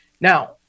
Now